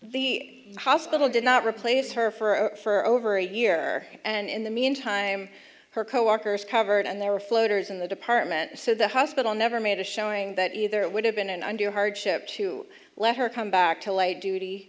the hospital did not replace her for over a year and in the meantime her coworkers covered and there were floaters in the department so the hospital never made a showing that either it would have been an undue hardship to let her come back to light duty